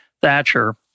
Thatcher